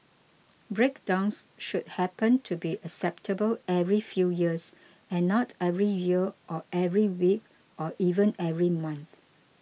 breakdowns should happen to be acceptable every few years and not every year or every week or even every month